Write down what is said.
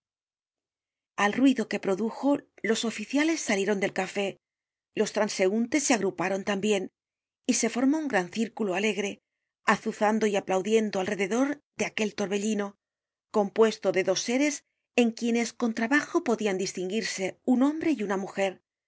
al ruido que produjo los oficiales salieron del café los transeuntes se agruparon tambien y se formó un gran círculo alegre azuzando y aplaudiendo alrededor de aquel torbellino compuesto de dos seres en quienes con trabajo podian distinguirse un hombre y una mujer